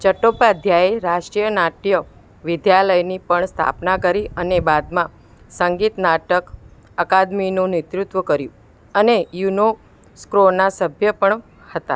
ચટ્ટોપાધ્યાયે રાષ્ટ્રીય નાટ્ય વિદ્યાલયની પણ સ્થાપના કરી અને બાદમાં સંગીત નાટક અકાદમીનું નેતૃત્વ કર્યું અને યુનો યુનોસ્ક્રોના સભ્ય પણ હતા